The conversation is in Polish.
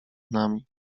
nami